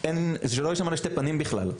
שלא ישתמע לשני פנים בכלל.